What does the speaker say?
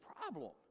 problem